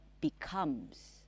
becomes